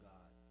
God